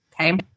Okay